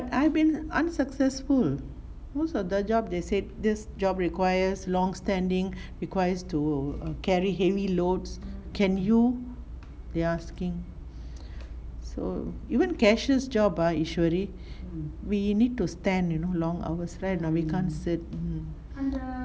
I've been unsuccessful most of the job they said this job requires long standing requires to carry heavy loads can you they asking so even cashiers job Eswari we need to stand you know long hours right a not we can't sit mm